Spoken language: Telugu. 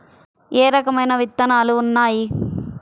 ఏ రకమైన విత్తనాలు ఉన్నాయి?